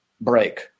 break